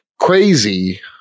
crazy